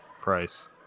price